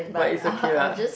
but it's okay lah